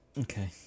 Okay